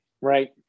Right